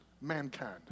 mankind